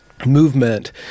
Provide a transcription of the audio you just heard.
movement